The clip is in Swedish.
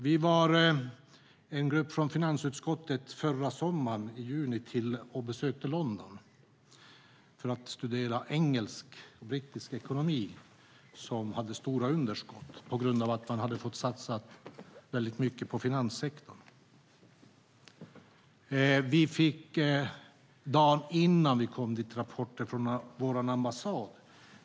Vi var en grupp från finansutskottet som i juni förra sommaren besökte London för att studera brittisk ekonomi som hade stora underskott på grund av att man hade fått satsa väldigt mycket på finanssektorn. Dagen innan vi kom till London fick vi rapporter från ambassaden.